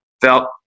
felt